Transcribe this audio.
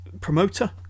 promoter